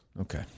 Okay